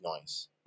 noise